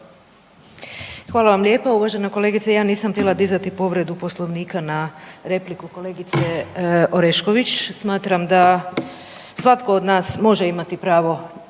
Hvala vam lijepo. Uvažena kolegice, ja nisam htjela dizati povredu Poslovnika na repliku kolegice Orešković, smatram da svatko od nas može imati pravo